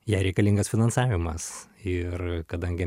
jai reikalingas finansavimas ir kadangi